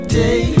day